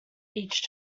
each